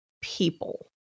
people